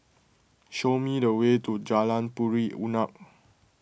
show me the way to Jalan Puri Unak